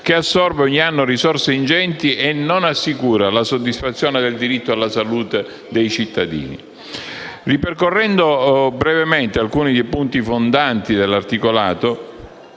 che assorbe ogni anno risorse ingenti e non assicura la soddisfazione del diritto alla salute dei cittadini. Ripercorrendo brevemente alcuni dei punti fondanti dell'articolato,